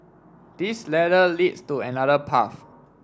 this ladder leads to another path